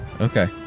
Okay